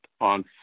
on